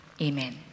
amen